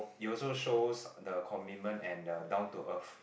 it also shows the commitment and the down to earth